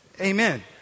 amen